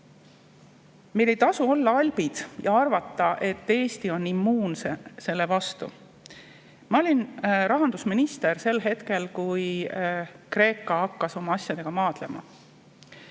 Meil ei tasu olla albid ja arvata, et Eesti on selle vastu immuunne. Ma olin rahandusminister, kui Kreeka hakkas oma asjadega maadlema.